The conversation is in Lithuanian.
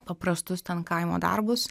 paprastus ten kaimo darbus